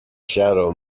shadow